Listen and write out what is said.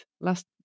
Last